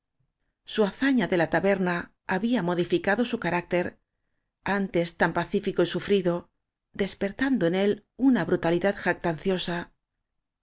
su hazaña de la taberna había modificado su carácter antes tan pacífi co y sufrido despertando en él una brutalidad jactanciosa